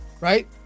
right